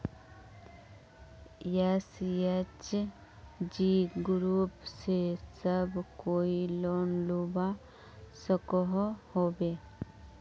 SHG group से सब कोई लोन लुबा सकोहो होबे?